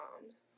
moms